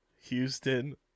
Houston